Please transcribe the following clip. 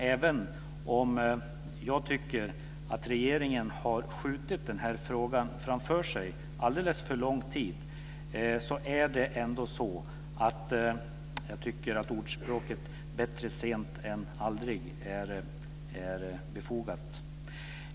Även om jag tycker att regeringen har skjutit denna fråga framför sig alldeles för lång tid är ändå ordspråket "bättre sent än aldrig" befogat.